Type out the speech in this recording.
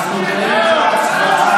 רק שאלה.